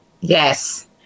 yes